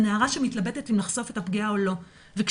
נערה שמתלבטת אם לחשוף את הפגיעה שלה או לא וכשהיא